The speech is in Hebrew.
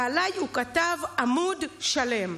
ועליי הוא כתב עמוד שלם.